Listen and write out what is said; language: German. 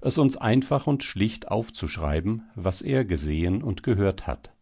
es uns einfach und schlicht aufzuschreiben was er gesehen und gehört hat